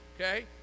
Okay